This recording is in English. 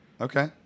Okay